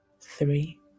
three